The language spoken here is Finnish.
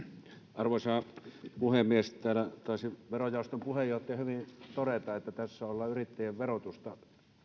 arvoisa puhemies täällä taisi verojaoston puheenjohtaja hyvin todeta että tässä ollaan yrittäjien verotusta